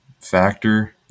factor